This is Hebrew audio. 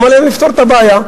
למה להם לפתור את הבעיה?